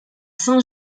saint